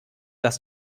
dass